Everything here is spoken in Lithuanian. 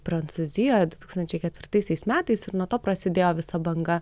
prancūzijoje du tūkstančiai ketvirtaisiais metais ir nuo to prasidėjo visa banga